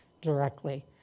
directly